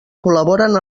col·laboren